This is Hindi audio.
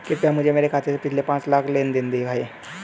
कृपया मुझे मेरे खाते से पिछले पांच लेनदेन दिखाएं